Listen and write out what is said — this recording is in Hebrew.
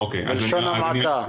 בלשון המעטה?